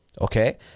Okay